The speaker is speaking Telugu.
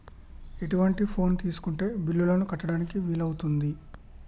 ఎటువంటి ఫోన్ తీసుకుంటే బిల్లులను కట్టడానికి వీలవుతది?